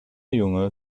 junge